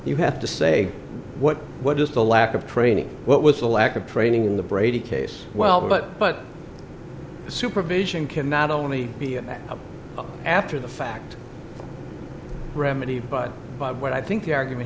you have to say what what is the lack of training what with the lack of training in the brady case well but but supervision can not only be an after the fact remedied but what i think the argument